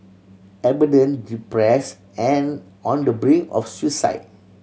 abandon depress and on the brink of suicide